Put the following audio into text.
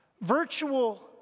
Virtual